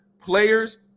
players